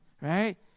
right